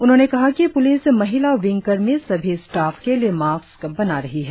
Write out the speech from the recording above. उन्होंने कहा कि प्लिस महिला विंग कर्मी सभी स्टाफ के लिए मास्क बना रही है